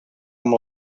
amb